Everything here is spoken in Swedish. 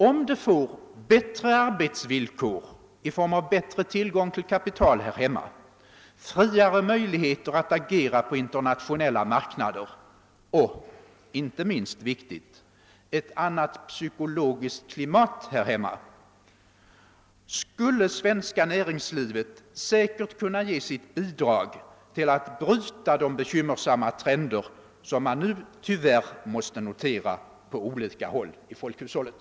Om det finge bättre tillgång till kapital här hemma, friare möjlighe ter att agera på internationella marknader och — inte minst viktigt — ett annat psykologiskt klimat här hemma, skulle det svenska näringslivet säkert kunna ge sitt bidrag till att bryta de bekymmersamma trender som man nu tyvärr måste notera på olika håll i folkhushållet.